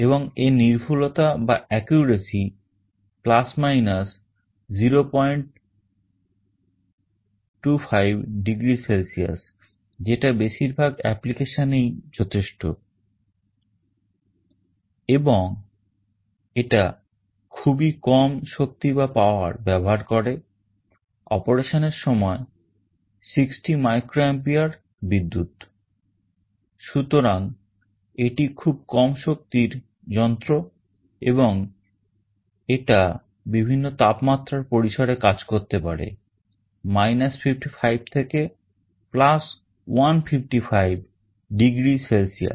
এবং এর নির্ভুলতা যন্ত্র এবং এটা বিভিন্ন তাপমাত্রার পরিসরে কাজ করতে পারে 55 থেকে 155 ডিগ্রী সেলসিয়াস